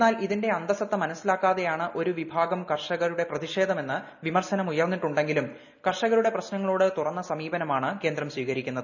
എന്നാൽ ഇതിന്റെഅന്തസത്ത മനസിലാക്കാതെയാണ് ഒരു വിഭാഗം കർഷകരുടെ പ്രതിഷേധമെന്ന് വിമർശനമുയർന്നിട്ടുണ്ടെങ്കിലും കർഷകരുടെ പ്രശ്നങ്ങളോട് തുറന്ന സമീപനമാണ് കേന്ദ്രം സ്വീകരിക്കുന്നത്